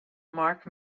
marc